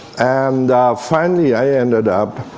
and finally i ended up